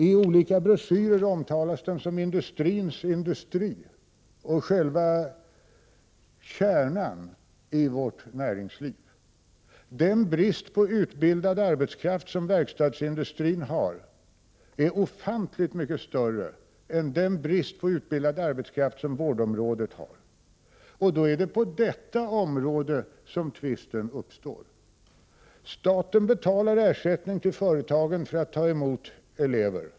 I olika broschyrer omtalas verkstadsindustrin som industrins industri och själva kärnan i vårt näringsliv. Den brist på utbildad arbetskraft som verkstadsindustrin har är ofantligt mycket större än den brist på utbildad arbetskraft som vårdområdet har. Ändå är det på verkstadsindustrins område som tvisten uppstår. Staten betalar ersättning till företagen för att de tar emot elever.